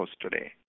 today